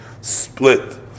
split